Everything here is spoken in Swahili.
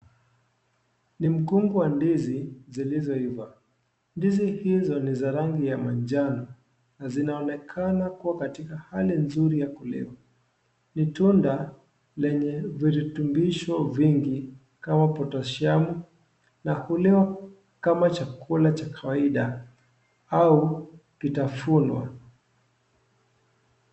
Ni mkungu wa ndizi zilizoiva, ndizi hizo ni za rangi ya manjano na zinaonekana kuwa katika hali nzuri ya kuliwa. Ni tunda lenye viritubisho vingi kama (CS)potosiamu(CS )Ka kuliwa kama chakula cha kawaida au kutafunwa.